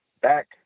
back